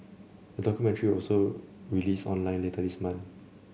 a documentary will also release online later this month